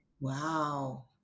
Wow